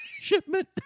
shipment